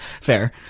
Fair